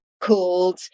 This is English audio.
called